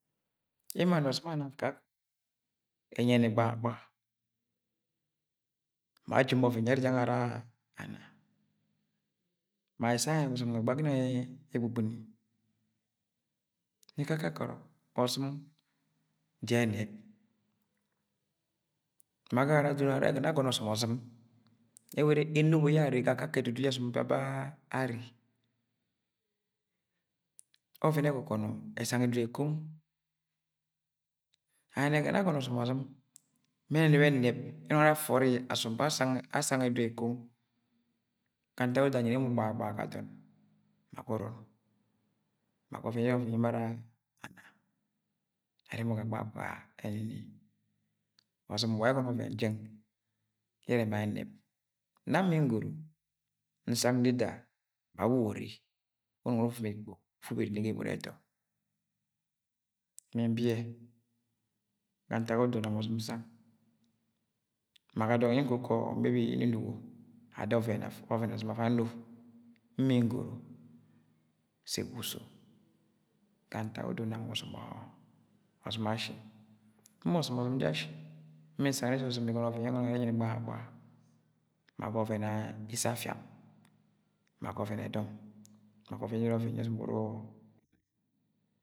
. emo ana ọzṫm anag kakang ẹnyi ye ni gbag–gbaga ma ajime ovẹn ye are jange ara ana ma ẹssẹ gangẹ ọzṫm nwẹ ẹgba ginang egbṫgbṫni ni ikọ akakẹ ọrọk ọzṫm ja ẹnẹp ma agagara adod arẹ ẹgọnọ yẹ agọnọ ọsọm ozṫm ẹwẹ ere anonbo yẹ arre ga akakẹ ẹdudu yẹ ọsọm ba arre ovẹn ẹgọgọnọ esang ẹdudu e kong ayẹnẹ ni ẹgọnọ yẹ agọno ọsọm ozṫm ma ẹnẹnẹp yẹ anang ara afọri asom ba asang edudu ẹ kong ga ntak odo anyi emo gbaga–gbaga ga adọn ma ga urun ma ga ọvẹn ejara ọvẹn ye emo ara ana ẹrẹ emo gbaga–gbaga ẹnyinyi ozṫm wa yẹ ẹgọnọ ọvẹn jeng yẹ ẹrẹ ẹma ẹnẹp nam nmi ngoro nsang nda ida ma wuwori wu unug uru uvẹmẹ ikpo ufu ubere ni ga emot ẹtọ mi bi yẹ ga ntak odo nam oz m nsang ma ga dọng ye nkukọ maybe ye nnunugo ada ọvẹn ozṫm afa ano nmi nsoro sẹ ẹwa uso ga ntak odo nam ọsọm ọzṫm ashi, nma ọsọm ọzṫm jẹ ashi nmi nsang nnẹ ozṫm egono ọvẹn ẹrẹ ẹnyi ni gbaga–gbaga ma ga ọven ẹ issẹ afia–am ma ga ovẹn edong ma ga ọvẹn ẹjara ọvẹn yẹ ọsọm ure uru una.